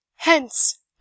hence